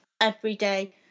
everyday